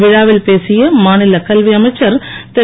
விழாவில் பேசிய மாநில கல்வி அமைச்சர் திரு